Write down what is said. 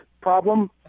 problem